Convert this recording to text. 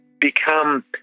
become